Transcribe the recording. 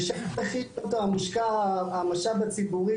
ושם מושקע המשאב הציבורי